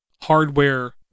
hardware